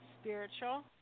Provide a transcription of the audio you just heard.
spiritual